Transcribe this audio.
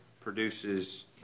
produces